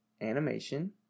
animation